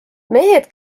mehed